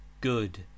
good